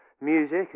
music